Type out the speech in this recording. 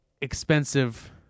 expensive